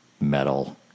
metal